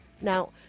Now